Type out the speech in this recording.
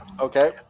okay